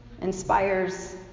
inspires